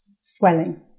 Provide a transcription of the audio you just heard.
Swelling